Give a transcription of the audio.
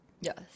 Yes